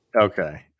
Okay